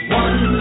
one